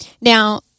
Now